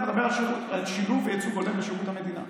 אני מדבר על שילוב וייצוג הולם בשירות המדינה.